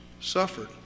suffered